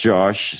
Josh